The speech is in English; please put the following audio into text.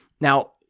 Now